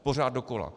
Pořád dokola.